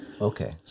Okay